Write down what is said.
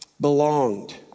belonged